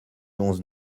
onze